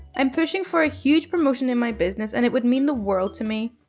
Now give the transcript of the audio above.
i'm pushing for a huge promotion in my business, and it would mean the world to me.